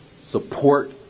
support